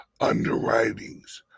underwritings